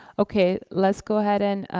okay, let's go ahead and,